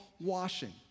washing